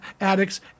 addicts